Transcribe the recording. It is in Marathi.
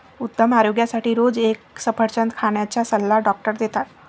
उत्तम आरोग्यासाठी रोज एक सफरचंद खाण्याचा सल्ला डॉक्टर देतात